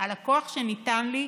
על הכוח שניתן לי,